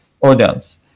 audience